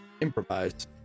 improvise